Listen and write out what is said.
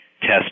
test